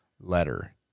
letter